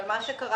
אבל מה שקרה,